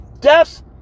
Deaths